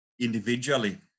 individually